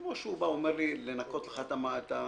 כמו שהוא אומר לי: לנקות לך את השמשה?